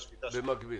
במקביל.